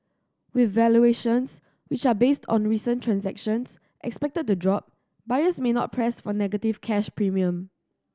with valuations which are based on recent transactions expected to drop buyers may not press for negative cash premium